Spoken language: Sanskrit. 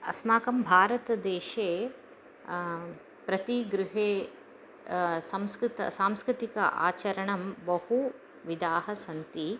अस्माकं भारतदेशे प्रतिगृहे संस्कृतं सांस्कृतिक आचरणं बहु विधाः सन्ति